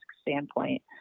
standpoint